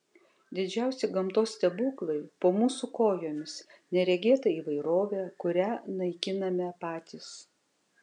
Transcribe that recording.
didžiausi gamtos stebuklai po mūsų kojomis neregėta įvairovė kurią naikiname patys